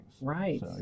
Right